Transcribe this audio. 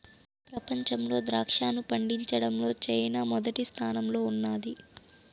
ప్రపంచంలో ద్రాక్షను పండించడంలో చైనా మొదటి స్థానంలో ఉన్నాది